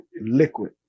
liquid